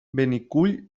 benicull